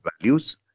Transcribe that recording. values